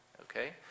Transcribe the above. Okay